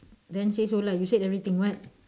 then say so lah you said everything what